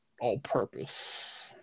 All-purpose